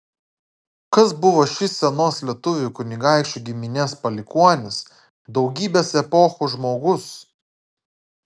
kas buvo šis senos lietuvių kunigaikščių giminės palikuonis daugybės epochų žmogus